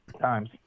times